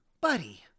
buddy